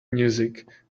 music